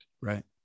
Right